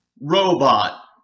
Robot